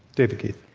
david keith?